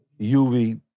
UV